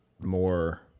more